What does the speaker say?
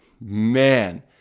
Man